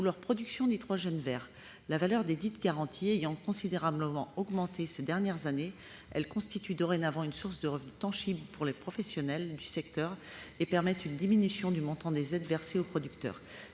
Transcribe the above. leur production d'hydrogène vert. La valeur desdites garanties ayant considérablement augmenté ces dernières années, elle constitue dorénavant une source de revenus tangibles pour les professionnels du secteur et permet une diminution du montant des aides versées aux producteurs.